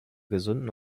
gesunden